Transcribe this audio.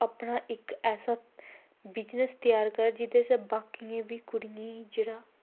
अपना इक ऐसा बिजनस त्यार करै जेह्दे आस्सै बाकियें बी कुड़ियें गी जेह्ड़ा